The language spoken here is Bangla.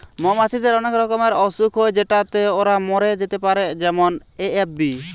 মৌমাছিদের অনেক রকমের অসুখ হয় যেটাতে ওরা মরে যেতে পারে যেমন এ.এফ.বি